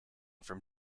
from